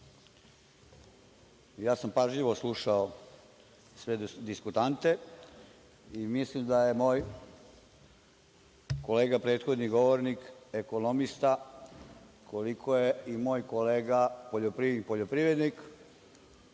ja sam pažljivo slušao sve diskutante i mislim da je moj kolega prethodni govornik ekonomista, koliko je i moj kolega poljoprivrednik, poljoprivrednik,